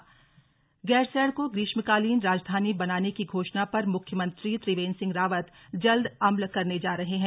गैरसैंण राजधानी गैरसैंण को ग्रीष्मकालीन राजधानी बनाने की घोषणा पर मुख्यमंत्री त्रिवेंद्र सिंह रावत जल्द अमल करने जा रहे हैं